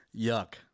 Yuck